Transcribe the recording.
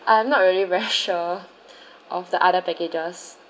I'm not really very sure of the other packages